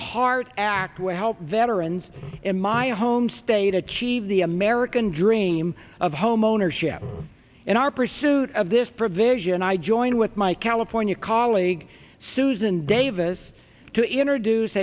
hart act will help veterans in my home state achieve the american dream of homeownership and our pursuit of this provision i join with my california colleague susan davis to introduce